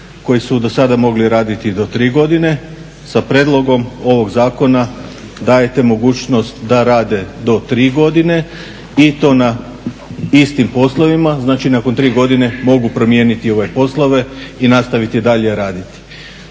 koji su dosada mogli raditi i do 3 godine sa prijedlogom ovog zakona dajete mogućnost da rade do 3 godine i to na istim poslovima, znači nakon 3 godine mogu promijeniti poslove i nastaviti dalje raditi.